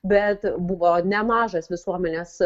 bet buvo nemažas visuomenės